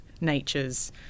nature's